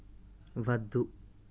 వద్దు